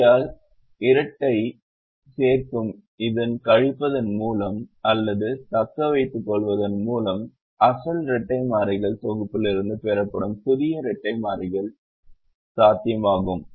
ஆகையால் இரட்டை சேர்க்கும் அல்லது கழிப்பதன் மூலம் அல்லது தக்கவைத்துக்கொள்வதன் மூலம் அசல் இரட்டை மாறிகள் தொகுப்பிலிருந்து பெறப்படும் புதிய இரட்டை மாறிகள் இரட்டைக்கு சாத்தியமாகும்